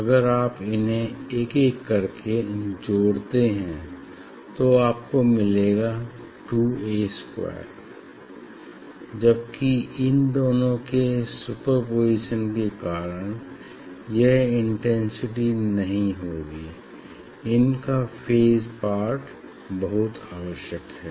अगर आप इन्हें एक एक करके जोड़ते है तो आपको मिलेगा 2A स्क्वायर जबकि इन दोनों के सुपरपोज़िशन के कारण यह इंटेंसिटी नहीं होगी इनका फेज पार्ट बहुत आवश्यक है